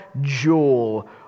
jewel